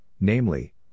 namely